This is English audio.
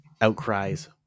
outcries